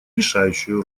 решающую